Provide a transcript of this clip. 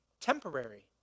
temporary